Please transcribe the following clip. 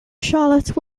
charlotte